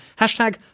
Hashtag